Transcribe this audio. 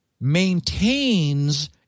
maintains